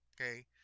okay